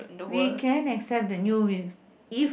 we can accept the new ways if